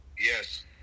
Yes